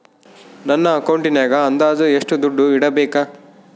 ನನ್ನ ಅಕೌಂಟಿನಾಗ ಅಂದಾಜು ಎಷ್ಟು ದುಡ್ಡು ಇಡಬೇಕಾ?